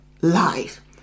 life